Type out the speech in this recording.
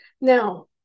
now